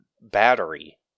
battery